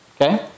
okay